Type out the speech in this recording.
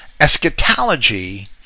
eschatology